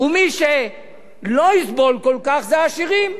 ומי שלא יסבול כל כך זה העשירים,